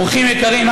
אורחים יקרים,